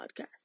podcast